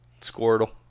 Squirtle